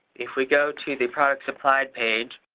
if we go to the product supplied page,